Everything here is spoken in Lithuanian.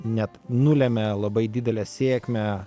net nulemia labai didelę sėkmę